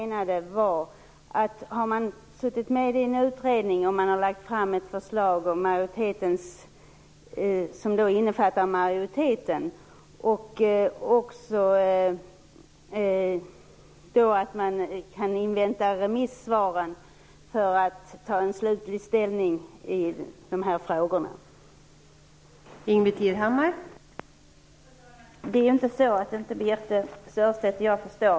Vad är det för signal vi ger till regeringen?